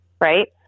right